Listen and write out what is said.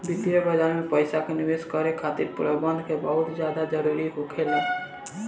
वित्तीय बाजार में पइसा के निवेश करे खातिर प्रबंधन के बहुत ज्यादा जरूरी होखेला